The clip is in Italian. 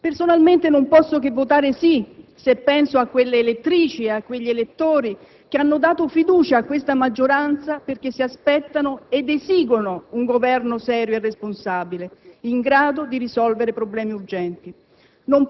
Personalmente, non posso che votare sì, se penso a quelle elettrici e a quegli elettori che hanno dato fiducia a questa maggioranza perché si aspettano ed esigono un Governo serio e responsabile, in grado di risolvere problemi urgenti.